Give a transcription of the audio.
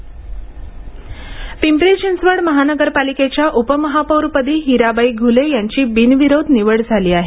पिंपरी चिंचवड उपमहापौर पिंपरी चिंचवड महानगरपालिकेच्या उपमहापौरपदी हिराबाई घुले यांची बिनविरोध निवड झाली आहे